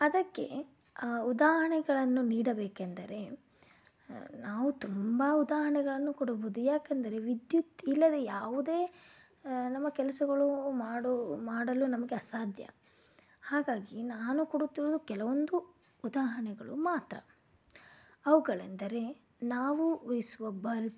ಅದಕ್ಕೆ ಉದಾಹರಣೆಗಳನ್ನು ನೀಡಬೇಕೆಂದರೆ ನಾವು ತುಂಬ ಉದಾಹರಣೆಗಳನ್ನು ಕೊಡಬಹ್ದು ಯಾಕೆಂದರೆ ವಿದ್ಯುತ್ ಇಲ್ಲದೆ ಯಾವುದೇ ನಮ್ಮ ಕೆಲಸಗಳು ಮಾಡುವು ಮಾಡಲು ನಮಗೆ ಅಸಾಧ್ಯ ಹಾಗಾಗಿ ನಾನು ಕೊಡುತ್ತಿರುವುದು ಕೆಲವೊಂದು ಉದಾಹರಣೆಗಳು ಮಾತ್ರ ಅವುಗಳೆಂದರೆ ನಾವು ಉರಿಸುವ ಬಲ್ಬ್